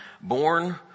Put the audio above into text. born